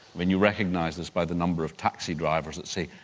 when you recognise us by the number of taxi drivers that say,